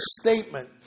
statement